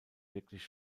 wirklich